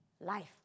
Life